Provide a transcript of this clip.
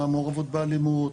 המעורבות באלימות,